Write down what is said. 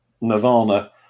Nirvana